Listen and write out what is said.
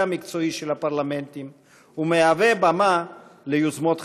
המקצועי של הפרלמנטים ומהווה במה ליוזמות חדשות.